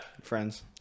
Friends